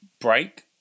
break